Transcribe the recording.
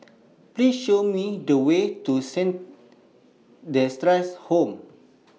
Please Show Me The Way to Saint Theresa's Home